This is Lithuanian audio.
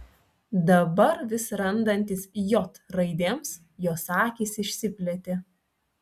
dabar vis randantis j raidėms jos akys išsiplėtė